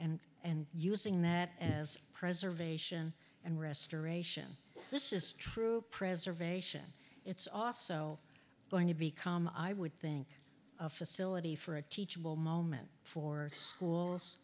and and using that as preservation and restoration this is true preservation it's also going to become i would think a facility for a teachable moment for schools